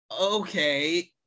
okay